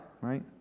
right